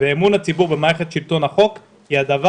אמון הציבור במערכת שלטון החוק הוא הדבר